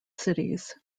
cities